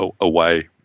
away